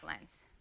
lens